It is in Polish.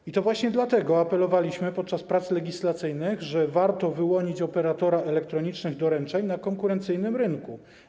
I to właśnie dlatego apelowaliśmy podczas prac legislacyjnych, że warto wyłonić operatora elektronicznych doręczeń na konkurencyjnym rynku.